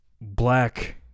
black